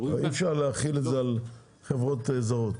אי אפשר להחיל אותו על חברות זרות.